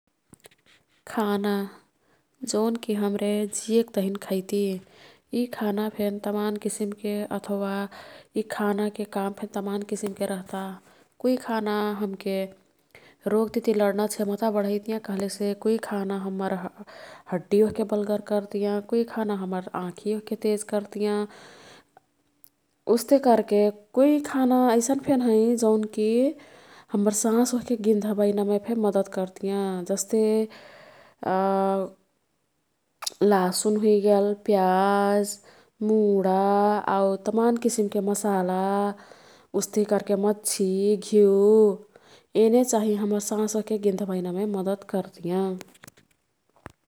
खाना जौनकी हाम्रे जियेक तहिन खैती। यी खानाफेन तमान किसिमके अथवा यी खानाके कामफे तमान किसिमके रह्ता। कुई खाना हमके रोगतिती लड्ना क्षमता बढईतियाँ कह्लेसे कुई खाना हम्मर हड्डी ओह्के बल्गर कर्तियाँ। कुई खाना हम्मर आँखी ओह्के तेज कर्तियाँ। उस्ते कर्के कुई खाना ऐसन फेन हैं। जौनकी हम्मर साँस ओह्के गिन्धबैनामेफे मदत कर्तियाँ। जस्ते लासुन हुइगेल प्याज, मुडा आऊ तमान किसिमके मसाला उस्ती कर्के मच्छी, घिउ। येने चाहिँ हम्मर साँस ओह्के गिन्धबैनामे मदत कर्तियाँ।